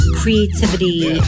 creativity